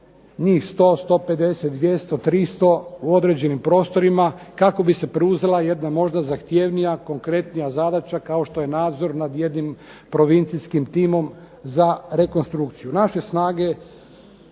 njih 150, 200, 300 u određenim prostorima kako bi se preuzela jedna možda zahtjevnija, konkretnija zadaća kao što je nadzor nad jednim provincijskim timom za rekonstrukciju.